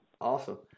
Awesome